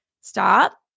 stop